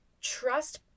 trust